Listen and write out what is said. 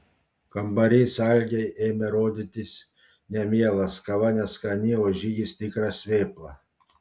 kambarys algei ėmė rodytis nemielas kava neskani o žygis tikras vėpla